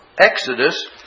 Exodus